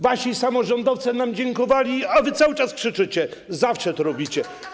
Wasi samorządowcy nam dziękowali, a wy cały czas krzyczycie, zawsze to robicie.